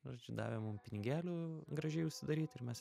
žodžiu davė mum pinigėlių gražiai užsidaryt ir mes